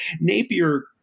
Napier